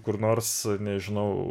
kur nors nežinau